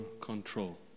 control